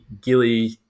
Gilly